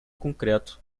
concreto